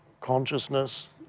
consciousness